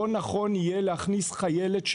לא נכון יהיה להכניס חיילת,